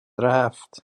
رفت